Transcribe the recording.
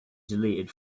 deleted